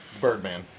Birdman